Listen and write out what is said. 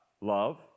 love